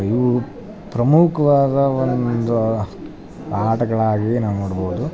ಇವು ಪ್ರಮುಖವಾದ ಒಂದು ಆಟಗಳಾಗಿ ನಾವು ನೋಡ್ಬೌದು